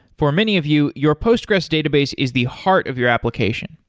for many of you, your postgressql database is the heart of your application.